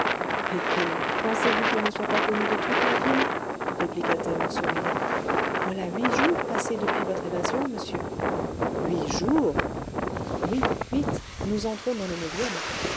pensez-vous qu'il ne soit pas connu de toute la ville répliqua-t-elle en souriant voilà huit jours passés depuis votre évasion monsieur huit jours oui huit nous entrons dans le neuvième